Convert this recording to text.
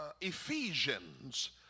Ephesians